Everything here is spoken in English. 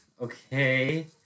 Okay